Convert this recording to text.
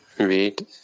read